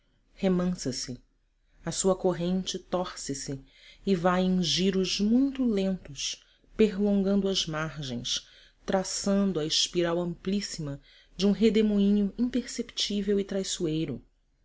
círculo remansa se a sua corrente torce se e vai em giros muito lentos perlongando as margens traçando a espiral amplíssima de um redemoinho imperceptível e traiçoeiro